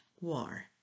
war